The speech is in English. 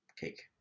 cake